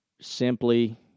simply